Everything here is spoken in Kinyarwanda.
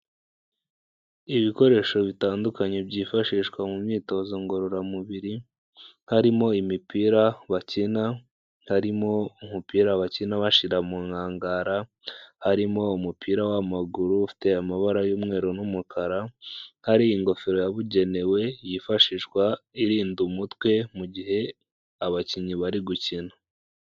Ibikoresho bitandukanye byifashishwa mu myitozo ngororamubiri, harimo imipira bakina, harimo umupira bakina bashyira mu nkangara, harimo umupira w'amaguru ufite amabara y'umweru n'umukara, hari ingofero yabugenewe yifashishwa irinda umutwe mu gihe abakinnyi bari gukina.